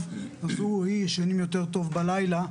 אז הוא או היא ישנים יותר טוב בלילה,